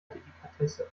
delikatesse